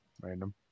Random